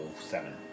seven